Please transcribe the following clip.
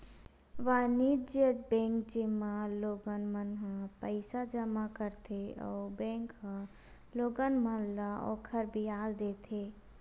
वाणिज्य बेंक, जेमा लोगन मन ह पईसा जमा करथे अउ बेंक ह लोगन मन ल ओखर बियाज देथे